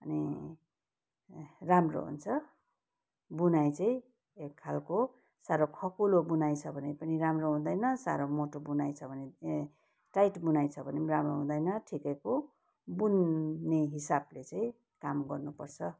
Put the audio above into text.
अनि राम्रो हुन्छ बुनाइ चाहिँ एक खालको साह्रो खकुलो बुनाइ छ भने पनि राम्रो हुँदैन साह्रो मोटो बुनाइ छ भने पनि टाइट बुनाइ छ भने पनि राम्रो हुँदैन ठिकैको बुन्ने हिसाबले चाहिँ काम गर्नुपर्छ